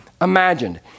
imagined